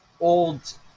old